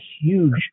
huge